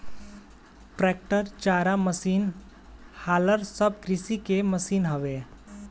tractor, चारा machine, हालर सब कृषि के मशीन हवे